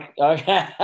Okay